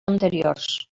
anteriors